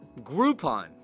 Groupon